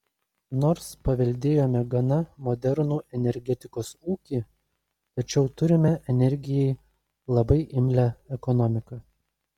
nors paveldėjome gana modernų energetikos ūkį tačiau turime energijai labai imlią ekonomiką